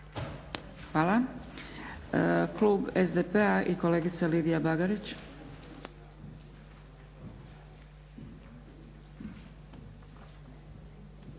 Hvala. Klub SDP-a i kolegica Lidija Bagarić.